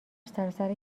سراسر